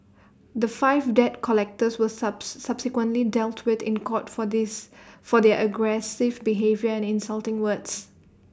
the five debt collectors were subsequently dealt with in court for this for their aggressive behaviour and insulting words